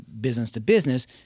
business-to-business